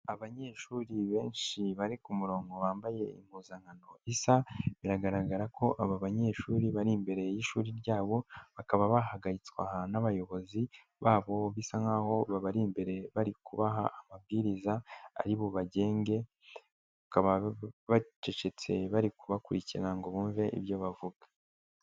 Abanyeshuri benshi bari ku murongo wambaye impuzankano isa, biragaragara ko aba banyeshuri bari imbere y'ishuri ryabo bakaba bahagaritswe n'abayobozi babo bisa nkaho babari imbere bari kubaha amabwiriza ari bubagenge, bakaba bacecetse bari kubakurikirana ngo bumve ibyo bavuga.